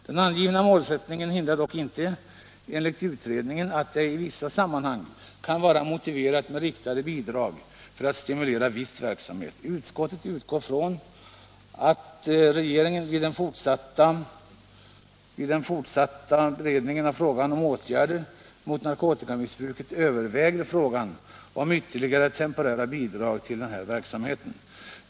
Den angivna målsättningen hindrar dock inte enligt utredningen att det i vissa sammanhang kan vara motiverat med riktade bidrag för att stimulera viss verksamhet. Utskottet utgår från att regeringen vid den fortsatta beredningen av frågan om åtgärder mot narkotikamissbruket överväger frågan om ytterligare temporära bidrag till den här verksamheten.